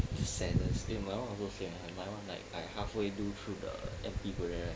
sadness eh my [one] also same eh my [one] like I halfway do through the M_P project right